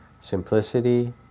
Simplicity